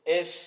es